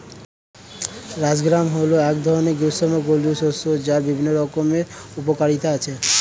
horse gram হল এক ধরনের গ্রীষ্মমণ্ডলীয় শস্য যার বিভিন্ন রকমের উপকারিতা আছে